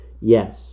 Yes